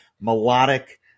melodic